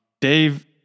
Dave